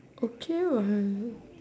okay what